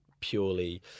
purely